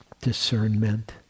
discernment